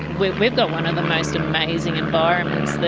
we've we've got one of the most amazing environments.